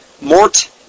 mort